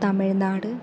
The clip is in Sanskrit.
तमिळ्नाडु